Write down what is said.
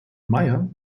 meyer